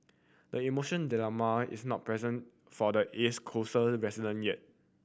the emotion dilemma is not present for the East Coast the resident yet